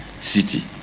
city